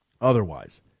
otherwise